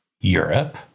Europe